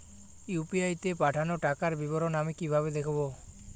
UPI তে পাঠানো টাকার বিবরণ আমি কিভাবে দেখবো?